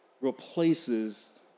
replaces